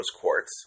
Quartz